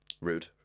Rude